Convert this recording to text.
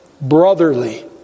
brotherly